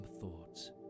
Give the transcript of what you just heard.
thoughts